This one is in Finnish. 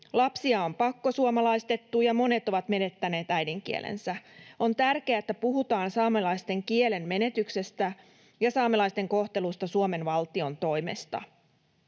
Lapsia on pakkosuomalaistettu, ja monet ovat menettäneet äidinkielensä. On tärkeää, että puhutaan saamelaisten kielen menetyksestä ja saamelaisten kohtelusta Suomen valtion toimesta.